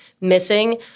missing